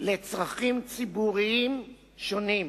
לצרכים ציבוריים שונים,